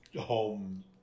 home